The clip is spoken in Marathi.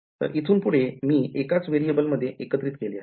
तर इथून पुढे मी एकाच variable मध्ये एकत्रित केले आहे